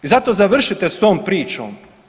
I zato završite s tom pričom.